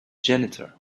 janitor